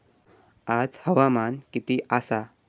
आज हवामान किती आसा?